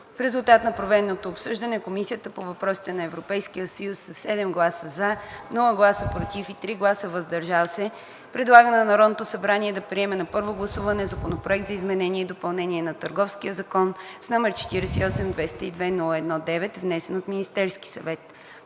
В резултат на проведеното обсъждане Комисията по въпросите на Европейския съюз: - със 7 гласа „за“, без „против“ и 3 гласа „въздържал се“ предлага на Народното събрание да приеме на първо гласуване Законопроект за изменение и допълнение на Търговския закон, № 48-202-01-9, внесен от Министерския съвет;